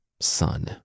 Son